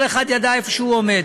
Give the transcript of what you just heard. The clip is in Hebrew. כל אחד ידע איפה הוא עומד.